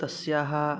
तस्य